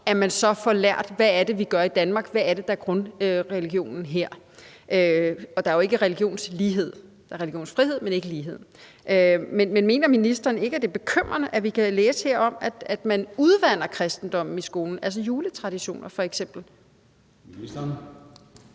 at man så får lært, hvad det er, vi gør i Danmark, og hvad det er, der er grundreligionen her. Og der er jo ikke religionslighed. Der er religionsfrihed, men ikke -lighed. Mener ministeren ikke, at det er bekymrende, at vi her kan læse om, at man udvander kristendommen i skolen, altså f.eks. juletraditioner? Kl. 14:00 Formanden